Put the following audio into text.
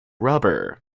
rubber